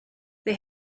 they